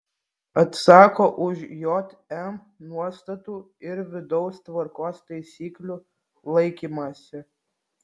atsako už jm nuostatų ir vidaus tvarkos taisyklių laikymąsi